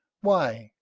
why,